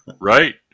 Right